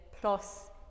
plus